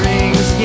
Rings